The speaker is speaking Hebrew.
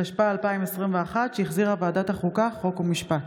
התשפ"א 2021, שהחזירה ועדת החוקה, חוק ומשפט.